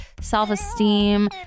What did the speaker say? self-esteem